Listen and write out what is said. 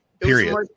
period